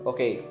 Okay